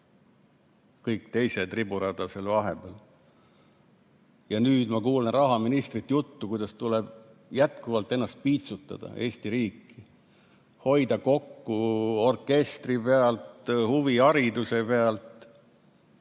kõik teised on riburadapidi seal vahepeal. Ja nüüd ma kuulen rahaministrilt juttu, et tuleb jätkuvalt ennast piitsutada, Eesti riiki, hoida kokku orkestri pealt, huvihariduse pealt,